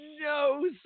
no